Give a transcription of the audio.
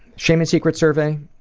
shame and secrets survey,